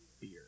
Beer